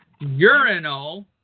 urinal